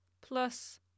plus